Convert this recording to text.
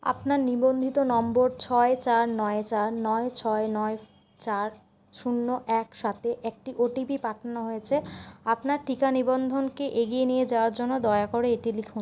আপনার নিবন্ধিত নম্বর ছয় চার নয় চার নয় ছয় নয় চার শূন্য এক সাতে একটি ও টি পি পাঠানো হয়েছে আপনার টিকা নিবন্ধনকে এগিয়ে নিয়ে যাওয়ার জন্য দয়া করে এটি লিখুন